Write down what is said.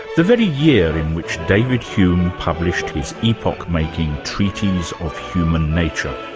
the very year in which david hume published his epoch-making treatise of human nature.